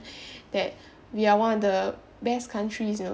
that we are one of the best countries you know